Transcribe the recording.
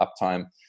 uptime